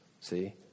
See